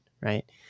right